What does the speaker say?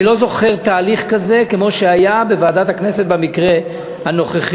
אני לא זוכר תהליך כזה כמו שהיה בוועדת הכנסת במקרה הנוכחי.